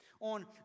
on